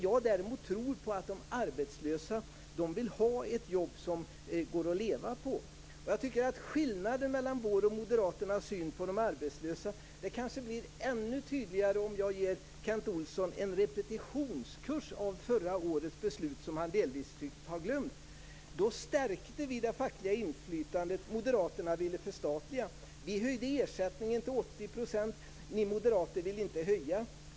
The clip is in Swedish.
Jag, däremot, tror att de arbetslösa vill ha ett jobb som det går att leva på. Skillnaden mellan vår och moderaternas syn på de arbetslösa blir kanske ännu tydligare om jag ger Kent Olsson en repetitionskurs om förra årets beslut, som han delvis tycks ha glömt. Då stärkte vi det fackliga inflytandet. Moderaterna ville förstatliga. Vi höjde ersättningen till 80 %. Ni moderater ville inte höja.